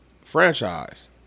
franchise